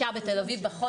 25 בתל אביב בחודש האחרון.